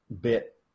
bit